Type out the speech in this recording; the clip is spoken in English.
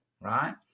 right